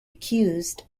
accused